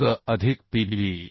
वर्ग अधिक Pb